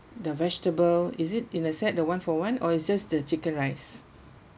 the vegetable is it in a set the one for one or it's just the chicken rice